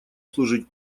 служить